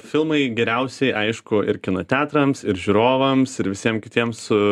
filmai geriausiai aišku ir kino teatrams ir žiūrovams ir visiem kitiems su